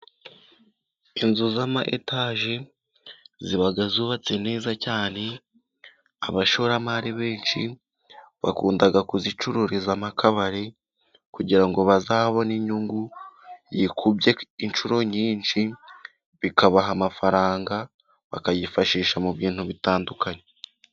Inzu z'ama etaje ziba zubatse neza cyane, abashoramari benshi bakunda kuzicururizamo akabari kugira ngo bazabone inyungu yikubye inshuro nyinshi. Bikabaha amafaranga bakayifashisha mu bintu bitandukanye.